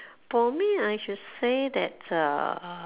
for me I should say that uh